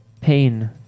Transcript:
pain